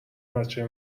بچه